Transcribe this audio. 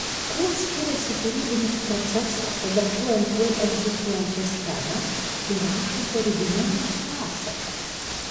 kuo skiriasi kūrybinis procesas adaptuojant jau egzistuojančią schemą ir rašant originalią pasaką